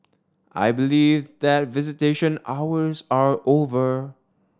I believe that visitation hours are over